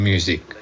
Music